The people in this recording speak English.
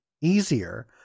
easier